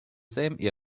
same